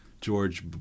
George